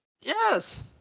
Yes